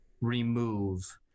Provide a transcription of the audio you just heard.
remove